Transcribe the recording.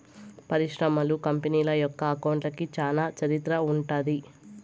పరిశ్రమలు, కంపెనీల యొక్క అకౌంట్లకి చానా చరిత్ర ఉంటది